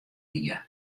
hie